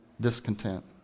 discontent